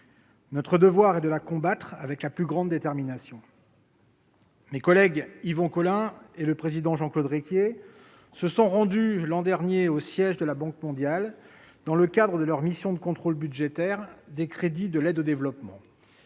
Notre devoir est de la combattre avec la plus grande détermination. Yvon Collin et le président Jean-Claude Requier se sont rendus, l'an dernier, au siège de la Banque mondiale, dans le cadre de leur mission de contrôle budgétaire des crédits de l'aide au développement.